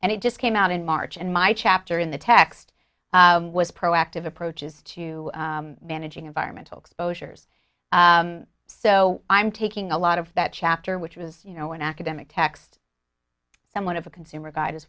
and it just came out in march and my chapter in the text was proactive approaches to managing environmental exposures so i'm taking a lot of that chapter which was you know an academic text somewhat of a consumer guide as